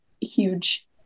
huge